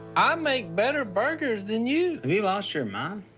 i make better burgers than you. have you lost your mind?